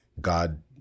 God